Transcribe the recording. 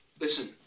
Listen